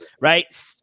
right